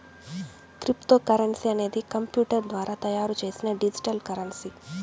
cryptocurrency అనేది computer ద్వారా తయారు చేసిన డిజిటల్ కరెన్సీ